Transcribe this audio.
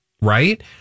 right